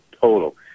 total